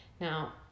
Now